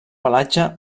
pelatge